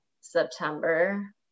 September